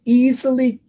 easily